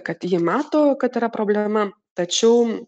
kad ji mato kad yra problema tačiau